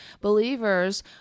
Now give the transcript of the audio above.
believers